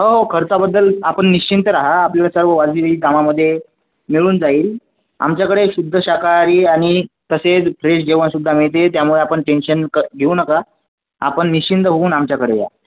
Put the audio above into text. हो हो खर्चाबद्दल आपण निश्चिंत राहा आपल्याला सर्व वाजवी दामामध्ये मिळून जाईल आमच्याकडे शुद्ध शाकाहारी आणि तसेच व्हेज जेवण सुद्धा मिळते त्यामुळे आपण टेन्शन क् घेऊ नका आपण निश्चिंत होऊन आमच्याकडे या